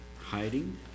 Hiding